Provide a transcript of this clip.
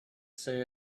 say